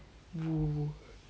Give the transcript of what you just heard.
!woo!